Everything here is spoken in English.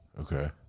Okay